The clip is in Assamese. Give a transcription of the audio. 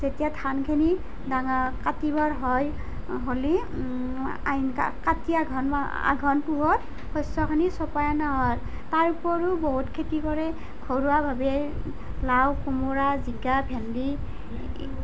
যেতিয়া ধানখিনি ডাঙৰ কাটিবৰ হয় হ'লেই আহিন কাতি আঘোণ মাহত আঘোণ পুহত শস্য়খিনি চপাই অনা হয় তাৰউপৰিও বহুত খেতি কৰে ঘৰুৱাভাৱে লাও কোমোৰা জিকা ভেণ্ডী